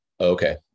okay